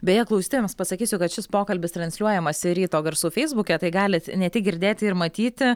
beje klausytojams pasakysiu kad šis pokalbis transliuojamas ir ryto garsų feisbuke tai galit ne tik girdėti ir matyti